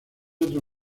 otro